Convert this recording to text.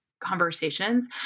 conversations